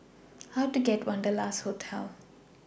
How Do I get to Wanderlust Hotel